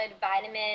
vitamin